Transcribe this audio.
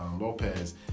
Lopez